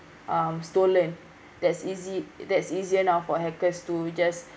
um stolen that's easy that's easier now for hackers to just